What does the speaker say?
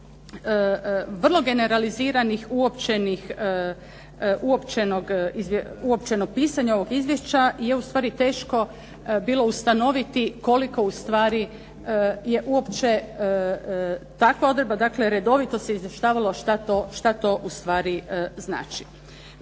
vrlo generaliziranih, uopćenog pisanja ovog izvješća je ustvari teško bilo ustanoviti koliko ustvari je uopće takva odredba, dakle redovito se izvještavalo šta to ustvari znači.